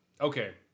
Okay